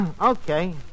Okay